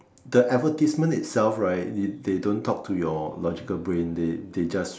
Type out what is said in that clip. the advertisement itself right it they don't talk to your logical brain they they just